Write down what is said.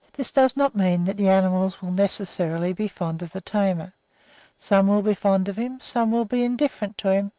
this does not mean that the animals will necessarily be fond of the tamer some will be fond of him, some will be indifferent to him,